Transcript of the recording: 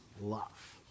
love